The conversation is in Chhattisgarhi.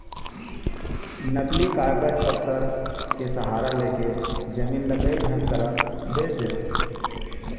नकली कागज पतर के सहारा लेके जमीन ल कई झन करा बेंच देथे